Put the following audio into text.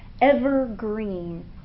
evergreen